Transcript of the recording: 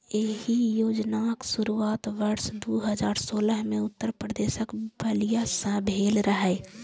एहि योजनाक शुरुआत वर्ष दू हजार सोलह मे उत्तर प्रदेशक बलिया सं भेल रहै